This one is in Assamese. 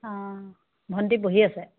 অঁ ভণ্টি পঢ়ি আছে